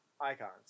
icons